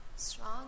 Strong